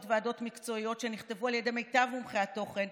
ועדות מקצועיות שנכתבו על ידי מיטב מומחי התוכן,